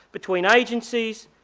between agencies,